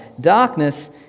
Darkness